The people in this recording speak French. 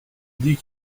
dit